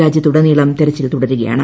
രാജ്യത്ത് ഉടനീളം തെരച്ചിൽ തുടരുകയാണ്